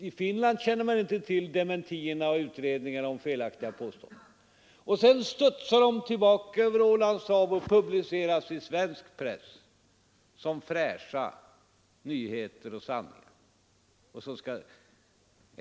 I Finland känner man inte till dementierna och utredningarna om felaktiga påståenden. Så studsar uppgifterna tillbaka över Ålands hav och publiceras i svensk press som fräscha nyheter och sanningar.